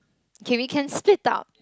okay we can split up